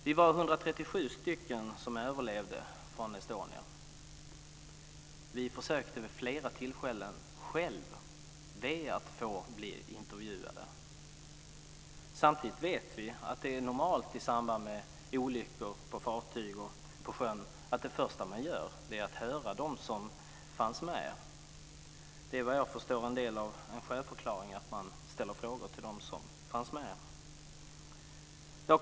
Vi var 137 personer som överlevde Estoniakatastrofen. Vid flera tillfällen försökte vi själva få bli intervjuade. Samtidigt vet vi att det i samband med olyckor på fartyg och på sjön är normalt att det första man gör är att höra dem som fanns med. Såvitt jag förstår är en del av en sjöförklaring just att man ställer frågor till dem som fanns med.